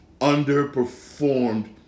underperformed